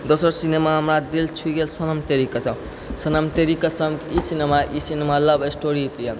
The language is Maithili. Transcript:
दोसर सिनेमा हमरा दिल छू गेल सनम तेरी कसम सनम तेरी कसम ई सिनेमा ई सिनेमा लव स्टोरीपर यऽ